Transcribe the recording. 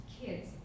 kids